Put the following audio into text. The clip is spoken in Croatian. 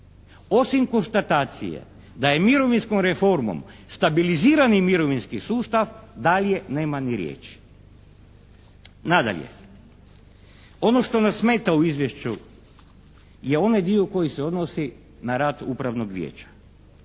osim konstatacije da je mirovinskom reformom stabilizirani mirovinski sustav, dalje nema ni riječi. Nadalje, ono što nas smeta u izvješću je onaj dio koji se odnosi na rad upravnog vijeća.